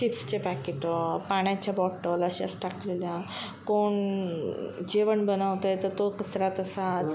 चिप्सचे पॅकेटं पाण्याच्या बॉटल अशाच टाकलेल्या कोण जेवण बनवत आहे तर तो कचरा तसाच